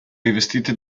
rivestite